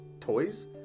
toys